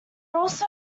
also